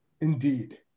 Indeed